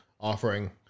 Offering